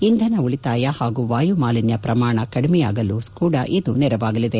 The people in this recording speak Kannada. ಇಂಧನ ಉಳಿತಾಯ ಹಾಗೂ ವಾಯು ಮಾಲಿನ್ಯ ಪ್ರಮಾಣ ಕಡಿಮೆಯಾಗಲೂ ನೆರವಾಗಲಿದೆ